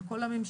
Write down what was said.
על כל הממשקים,